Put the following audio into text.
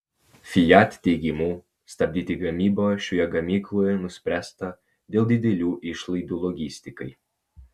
fiat teigimu stabdyti gamybą šioje gamykloje nuspręsta dėl didelių išlaidų logistikai